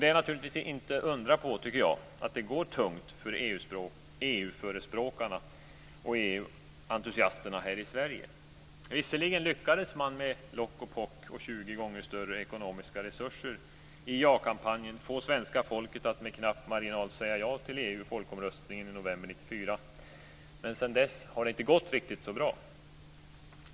Det är inte att undra på att det går tungt för EU förespråkarna och EU-entusiasterna här i Sverige. Visserligen lyckades man med lock och pock och 20 gånger större ekonomiska resurser i ja-kampanjen få svenska folket att med knapp marginal säga ja till EU i folkomröstningen i november 1994, men sedan dess har det inte gått riktigt så bra.